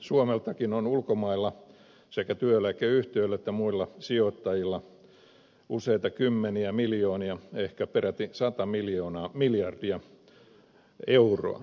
suomeltakin on ulkomailla sekä työeläkeyhtiöillä että muilla sijoittajilla useita kymmeniä miljardeja ehkä peräti sata miljardia euroa